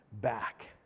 back